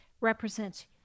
represents